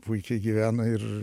puikiai gyvena ir